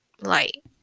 light